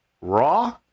Raw